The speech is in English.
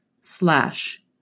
slash